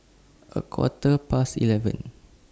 A Quarter Past eleven